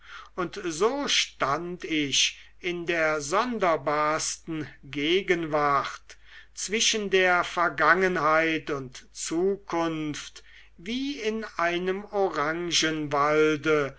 und so stand ich in der sonderbarsten gegenwart zwischen der vergangenheit und zukunft wie in einem